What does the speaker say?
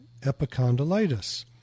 epicondylitis